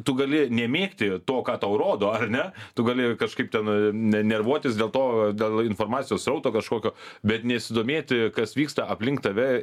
tu gali nemėgti to ką tau rodo ar ne tu gali kažkaip ten ne nervuotis dėl to dėl informacijos srauto kažkokio bet nesidomėti kas vyksta aplink tave